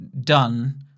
done